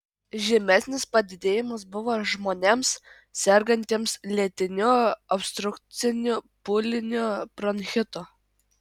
žymesnis padidėjimas buvo žmonėms sergantiems lėtiniu obstrukciniu pūliniu bronchitu